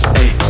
Hey